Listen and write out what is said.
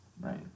Right